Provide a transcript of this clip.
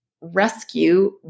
rescue